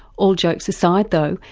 all jokes aside though,